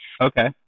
Okay